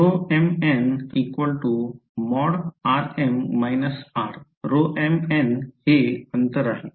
mn ।rm - r। Rho mn हे अंतर आहे